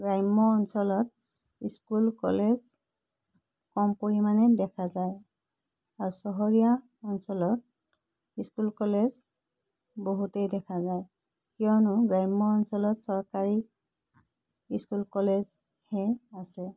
গ্ৰাম্য অঞ্চলত school college কম পৰিমাণে দেখা যায় আৰু চহৰীয়া অঞ্চলত স্কুল কলেজ বহুতেই দেখা যায় কিয়নো গ্ৰাম্য অঞ্চলত চৰকাৰী স্কুল কলেজহে আছে